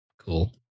cool